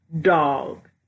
Dog